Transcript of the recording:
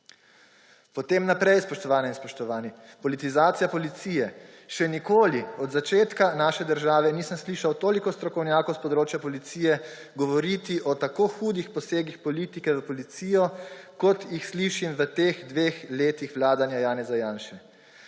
Potem naprej, spoštovane in spoštovani. Politizacija policije. Še nikoli od začetka naše države nisem slišal toliko strokovnjakov s področja policije govoriti o tako hudih posegih politike v policijo, kot jih slišim v teh dveh letih vladanja Janeza Janše,